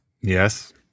Yes